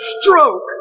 stroke